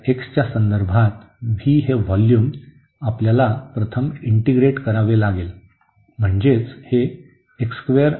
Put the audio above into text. तर x च्या संदर्भात v हे व्हॉल्यूम आपल्याला प्रथम इंटीग्रेट करावे लागेल म्हणजेच हे असेल